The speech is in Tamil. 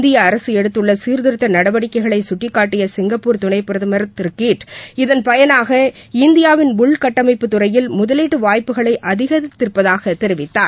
இந்திய அரசு எடுத்துள்ள சீர்திருத்த நடவடிக்கைகளை கட்டிக்காட்டிய சிங்கப்பூர் துணைப்பிரதமர் திரு கீட் இதன் பயனாக இந்தியாவின் உள் கட்டமைப்பு துறையில் முதலீட்டு வாய்ப்புகளை அதிகரித்திருப்பதாக தெரிவித்தார்